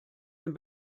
dem